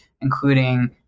including